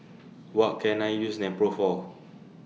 What Can I use Nepro For